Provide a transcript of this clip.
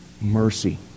mercy